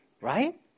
right